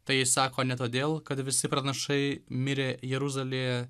tai jis sako ne todėl kad visi pranašai mirė jeruzalėje